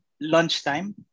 lunchtime